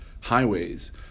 highways